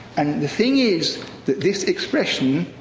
and the thing is that this expression,